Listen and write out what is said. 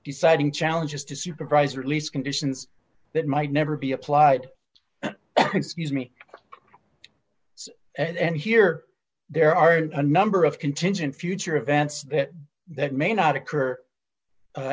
deciding challenges to supervise or at least conditions that might never be applied excuse me and here there are a number of contingent future events that may not occur